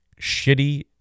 shitty